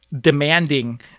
demanding